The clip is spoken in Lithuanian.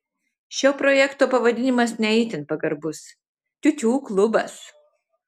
šio projekto pavadinimas ne itin pagarbus tiutiū klubas